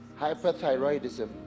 Hyperthyroidism